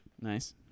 Nice